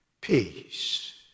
peace